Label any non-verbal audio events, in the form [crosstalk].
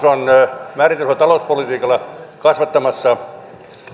[unintelligible] on määritellyllä talouspolitiikalla kasvattamassa